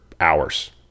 hours